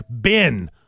bin